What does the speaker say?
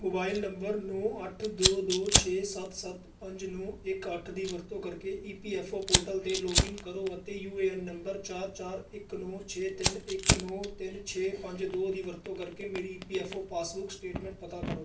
mobile number ਨੌਂ ਅੱਠ ਦੋ ਦੋ ਛੇ ਸੱਤ ਸੱਤ ਪੰਜ ਨੌਂ ਇੱਕ ਅੱਠ ਦੀ ਵਰਤੋਂ ਕਰਕੇ E P F O portal 'ਤੇ ਲੌਗਇਨ ਕਰੋ ਅਤੇ ਯੂ ਏ ਐਨ ਨੰਬਰ ਚਾਰ ਚਾਰ ਇੱਕ ਨੌਂ ਛੇ ਤਿੰਨ ਇੱਕ ਨੌਂ ਤਿੰਨ ਛੇ ਪੰਜ ਦੋ ਦੀ ਵਰਤੋਂ ਕਰਕੇ ਮੇਰੀ E P F O passbook statement ਪ੍ਰਾਪਤ ਕਰੋ